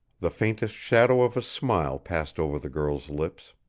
the faintest shadow of a smile passed over the girl's lips.